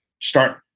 start